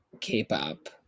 K-pop